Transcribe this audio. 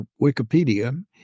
Wikipedia